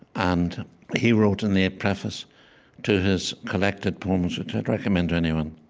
and he wrote in the preface to his collected poems, which i'd recommend to anyone,